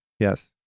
Yes